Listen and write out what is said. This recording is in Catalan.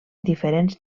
diferents